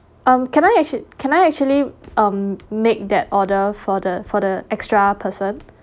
um can I actual can I actually um make that order for the for the extra person